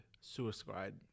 Suicide